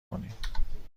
کنیم